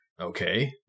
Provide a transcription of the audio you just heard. Okay